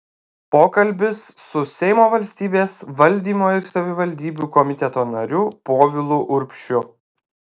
pokalbis su seimo valstybės valdymo ir savivaldybių komiteto nariu povilu urbšiu